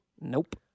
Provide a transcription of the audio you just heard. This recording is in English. Nope